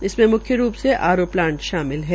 इसमे मुख्य रूप से आर ओ प्लांट शामिल है